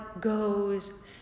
goes